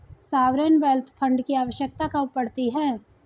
Sovereign wealth fund की आवश्यकता कब पड़ती है?